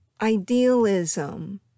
idealism